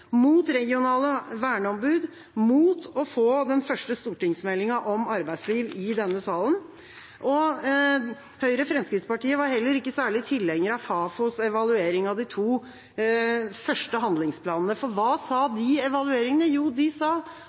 mot regionale verneombud og mot å få den første stortingsmeldinga om arbeidsliv i denne salen. Høyre og Fremskrittspartiet var heller ikke særlig tilhenger av Fafos evaluering av de to første handlingsplanene. For hva sa de evalueringene? Jo, de sa